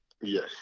Yes